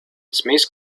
smith